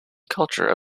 culture